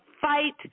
fight